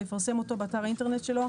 ויפרסם אותו באתר האינטרנט שלו,